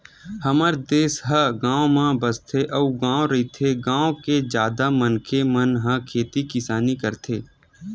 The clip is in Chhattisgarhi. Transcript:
हमर देस ह गाँव म बसथे अउ गॉव रहिथे, गाँव के जादा मनखे मन ह खेती किसानी करथे